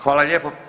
Hvala lijepo.